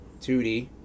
2D